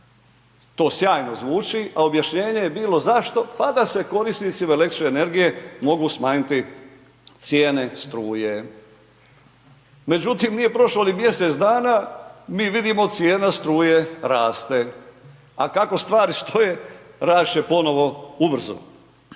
To sjajno zvuči, a objašnjenje je bilo zašto? Pa da se korisnicima električne energije mogu smanjiti cijene struje. Međutim, nije prošlo ni mjesec dana, mi vidimo cijene struje raste. A kako stvari stoje, rasti će ponovno ubrzo.